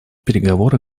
переговоры